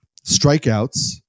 strikeouts